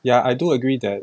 ya I do agree that